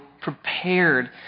prepared